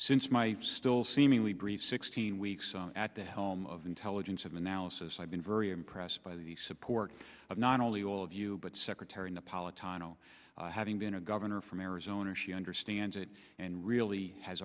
since my still seemingly brief sixteen weeks at the helm of intelligence and analysis i've been very impressed by the support of not only all of you but secretary napolitano having been a governor from arizona she understands it and really has